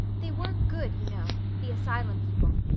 they were good, you know the asylum people.